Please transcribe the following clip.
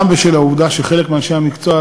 גם בשל העובדה שחלק מאנשי המקצוע,